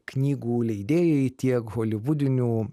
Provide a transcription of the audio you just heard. knygų leidėjai tiek holivudinių